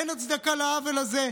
אין הצדקה לעוול הזה.